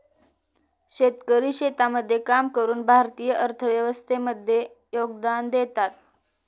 शेतकरी शेतामध्ये काम करून भारतीय अर्थव्यवस्थे मध्ये योगदान देतात